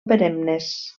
perennes